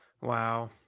Wow